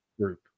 group